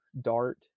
dart